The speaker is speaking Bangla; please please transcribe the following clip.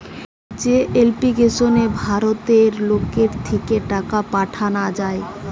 যে এপ্লিকেশনে ভারতের লোকের থিকে টাকা পাঠানা যায়